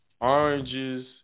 Oranges